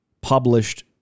published